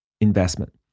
investment